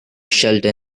shelter